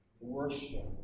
worship